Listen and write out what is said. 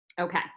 Okay